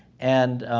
and,